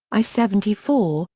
i seventy four,